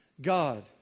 god